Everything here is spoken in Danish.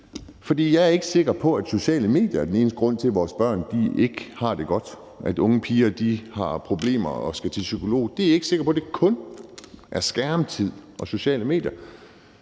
det. Jeg er ikke sikker på, at sociale medier er den eneste grund til, at vores børn ikke har det godt, eller at unge piger har problemer og skal til psykolog. Det er jeg ikke sikker på kun handler om skærmtid og sociale medier.